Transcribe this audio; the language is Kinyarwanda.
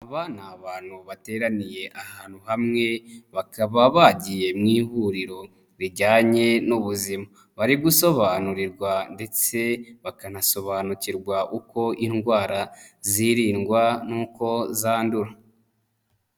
Aba ni abantu bateraniye ahantu hamwe bakaba bagiye mu ihuriro rijyanye n'ubuzima. Bari gusobanurirwa ndetse bakanasobanukirwa uko indwara zirindwa n'uko zandura.